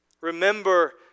Remember